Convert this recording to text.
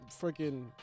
freaking